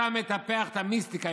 אתה מטפח את המיסטיקה",